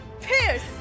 Pierce